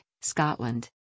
Scotland